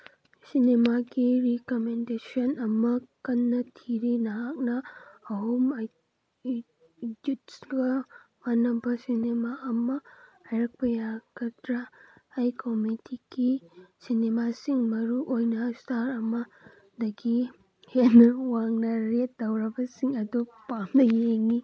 ꯁꯤꯅꯤꯃꯥꯒꯤ recommendation ꯑꯃ ꯀꯟꯅ ꯊꯤꯔꯤ ꯅꯍꯥꯛꯅ ꯑꯍꯨꯝ ꯏꯗꯨꯏꯠꯁꯒ ꯃꯥꯟꯅꯕ ꯁꯤꯅꯤꯃꯥ ꯑꯃ ꯍꯥꯏꯔꯛꯄ ꯌꯥꯒꯗ꯭ꯔꯥ ꯑꯩ ꯀꯣꯃꯦꯗꯤꯒꯤ ꯁꯤꯅꯤꯃꯥꯁꯤꯡ ꯃꯔꯨꯑꯣꯏꯅ ꯏꯁꯇꯥꯔ ꯑꯃꯗꯒꯤ ꯍꯦꯟꯅ ꯋꯥꯡꯅ ꯔꯦꯠ ꯇꯧꯔꯕꯁꯤꯡ ꯑꯗꯨ ꯄꯥꯝꯅ ꯌꯦꯡꯉꯤ